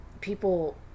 people